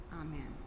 Amen